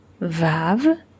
Vav